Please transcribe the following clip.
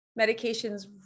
medications